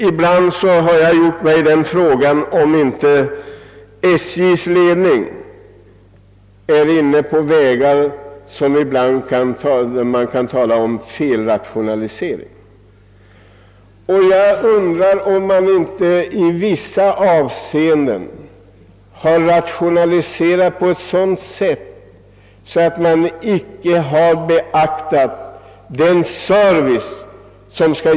Ibland har jag ställt mig den frågan, om inte SJ:s ledning ibland är inne på vägar som kan karakteriseras som felrationalisering, och jag undrar om det inte i vissa avseenden har rationaliserats på ett sådant sätt att servicesynpunkterna icke beaktats.